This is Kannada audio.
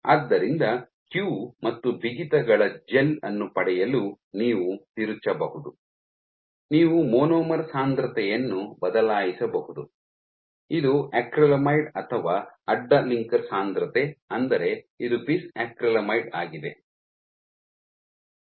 ಆದ್ದರಿಂದ ಕ್ಯೂ ಮತ್ತು ಬಿಗಿತಗಳ ಜೆಲ್ ಅನ್ನು ಪಡೆಯಲು ನೀವು ತಿರುಚಬಹುದು ನೀವು ಮೊನೊಮರ್ ಸಾಂದ್ರತೆಯನ್ನು ಬದಲಾಯಿಸಬಹುದು ಇದು ಅಕ್ರಿಲಾಮೈಡ್ ಅಥವಾ ಅಡ್ಡ ಲಿಂಕರ್ ಸಾಂದ್ರತೆ ಅಂದರೆ ಇದು ಬಿಸ್ ಅಕ್ರಿಲಾಮೈಡ್ ಆಗಿದೆ